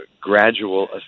gradual